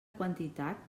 quantitat